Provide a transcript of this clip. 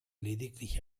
lediglich